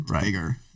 bigger